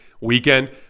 weekend